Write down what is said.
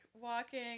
walking